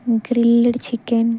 grilled chicken